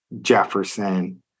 Jefferson